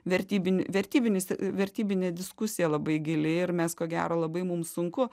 vertybinį vertybinis vertybinė diskusija labai gili ir mes ko gero labai mums sunku